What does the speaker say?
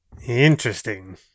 Interesting